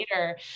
later